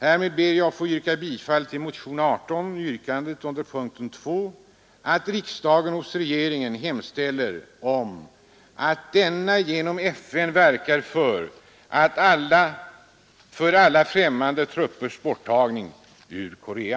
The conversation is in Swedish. Härmed ber jag att få yrka bifall till det under punkten 2 i motion 18 ställda yrkandet, att riksdagen hos regeringen hemställer att denna genom FN skall verka för alla ffrämmande truppers bortdragande från Korea.